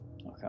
Okay